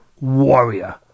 warrior